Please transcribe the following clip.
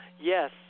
yes